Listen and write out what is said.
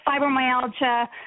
fibromyalgia